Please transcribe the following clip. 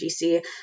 GC